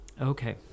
Okay